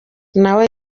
nawe